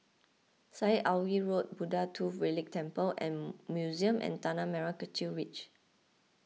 Syed Alwi Road Buddha Tooth Relic Temple and Museum and Tanah Merah Kechil Ridge